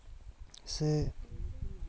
ᱥᱮ